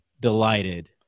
delighted